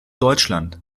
deutschland